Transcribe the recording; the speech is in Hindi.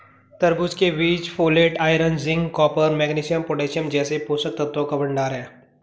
तरबूज के बीज folate, iron, zinc, copper, magnesium, potassium जैसे पोषक तत्वों का भंडार है